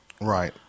Right